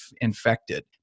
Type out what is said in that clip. infected